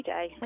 Day